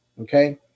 Okay